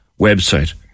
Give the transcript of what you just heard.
website